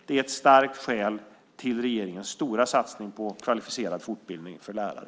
Det är ett starkt skäl till regeringens stora satsning på kvalificerad fortbildning för lärare.